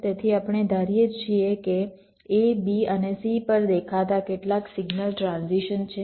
તેથી આપણે ધારીએ છીએ કે a b અને c પર દેખાતા કેટલાક સિગ્નલ ટ્રાન્ઝિશન છે